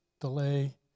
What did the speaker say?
delay